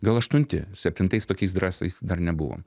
gal aštunti septintais tokiais drąsiais dar nebuvom